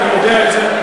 ואני יודע את זה,